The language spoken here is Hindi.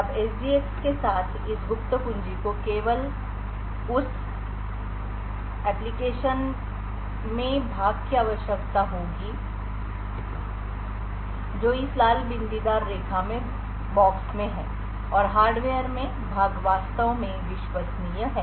अब SGX के साथ इस गुप्त कुंजी को केवल उस एप्लिकेशन में भाग की आवश्यकता होगी जो इस लाल बिंदीदार रेखा में बॉक्स में है और हार्डवेयर में भाग वास्तव में विश्वसनीय है